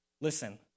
listen